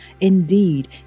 Indeed